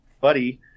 buddy